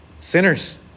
sinners